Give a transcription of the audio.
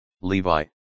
Levi